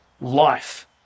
life